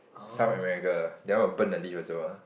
South America that will burn the leave also ah